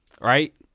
right